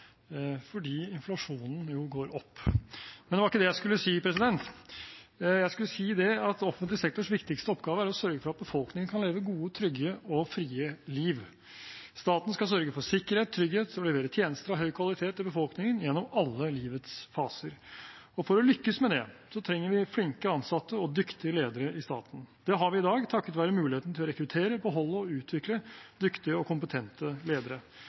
offentlig sektors viktigste oppgave er å sørge for at befolkningen kan leve gode, trygge og frie liv. Staten skal sørge for sikkerhet, trygghet og levere tjenester av høy kvalitet til befolkningen gjennom alle livets faser, og for å lykkes med det trenger vi flinke ansatte og dyktige ledere i staten. Det har vi i dag takket være muligheten til å rekruttere, beholde og utvikle dyktige og kompetente ledere.